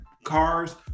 Cars